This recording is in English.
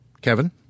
Kevin